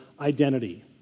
Identity